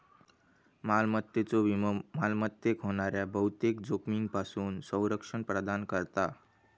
मालमत्तेचो विमो मालमत्तेक होणाऱ्या बहुतेक जोखमींपासून संरक्षण प्रदान करता